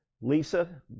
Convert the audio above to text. Lisa